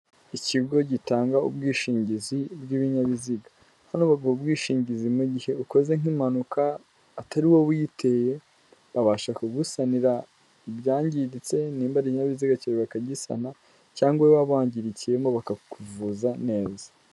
Ikigo gitanga ubwishingizi bw'ibinyabiziga, hano baguha ubwishingizi mu gihe ukoze nk'impanuka, atari wowe uyiteye, babasha kugusanira ibyangiritse, nimba ibinyabiziga cyawe bakagisana cyangwa weho waba wangirikiyemo bakakuvuza neza.